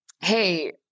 hey